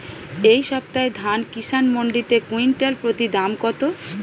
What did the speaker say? এই সপ্তাহে ধান কিষান মন্ডিতে কুইন্টাল প্রতি দাম কত?